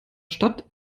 stadt